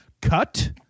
Cut